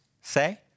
say